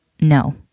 No